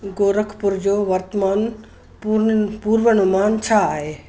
गोरखपुर जो वर्तमान पूर्ननि पूर्वनुमान छा आहे